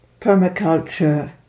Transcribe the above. permaculture